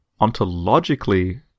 ontologically